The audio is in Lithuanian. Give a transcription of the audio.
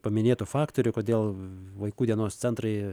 paminėtų faktorių kodėl vaikų dienos centrai